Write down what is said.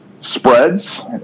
spreads